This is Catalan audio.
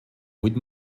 vuit